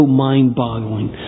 mind-boggling